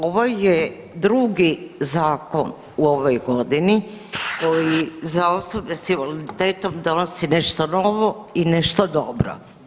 Ovo je drugi zakon u ovoj godini koji za osobe s invaliditetom donosi nešto novo i nešto dobro.